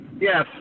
Yes